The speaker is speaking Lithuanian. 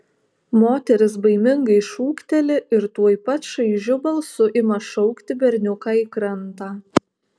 moteris baimingai šūkteli ir tuoj pat šaižiu balsu ima šaukti berniuką į krantą